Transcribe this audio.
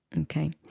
okay